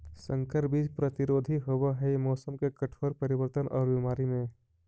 संकर बीज प्रतिरोधी होव हई मौसम के कठोर परिवर्तन और बीमारी में